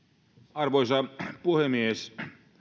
arvoisa puhemies